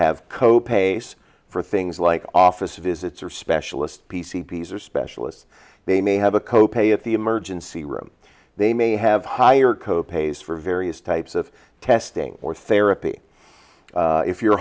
have co pays for things like office visits or specialist p c p s or specialists they may have a co pay at the emergency room they may have higher co pays for various types of testing or therapy if you're